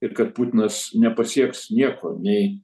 ir kad putinas nepasieks nieko nei